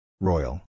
Royal